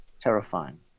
terrifying